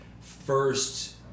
first